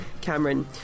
Cameron